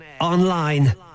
online